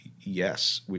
yes